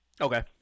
Okay